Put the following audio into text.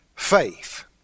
Faith